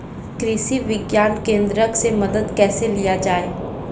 कृषि विज्ञान केन्द्रऽक से मदद कैसे लिया जाय?